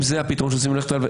אם זה הפתרון שרוצים ללכת עליו,